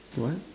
what